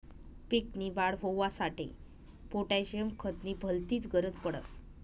पीक नी वाढ होवांसाठी पोटॅशियम खत नी भलतीच गरज पडस